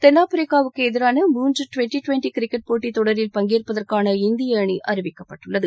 தென்னாப்பிரிக்காவுக்கு எதிரான மூன்று டிவெண்டி டிவெண்டி கிரிக்கெட் போட்டித் தொடரில் பங்கேற்பதற்கான இந்திய அணி அறிவிக்கப்பட்டுள்ளது